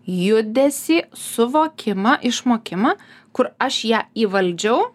judesį suvokimą išmokimą kur aš ją įvaldžiau